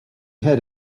had